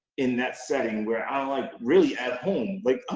in that setting where i'm, like, really at home. like,